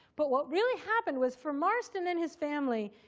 but what really happened was for marston and his family,